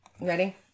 Ready